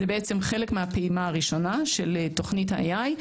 זה חלק מהפעימה הראשונה של תוכנית ה-AI.